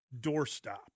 doorstop